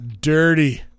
Dirty